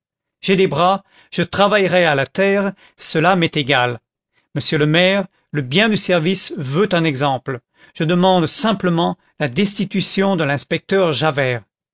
j'ai des bras je travaillerai à la terre cela m'est égal monsieur le maire le bien du service veut un exemple je demande simplement la destitution de l'inspecteur javert